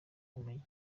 kumenya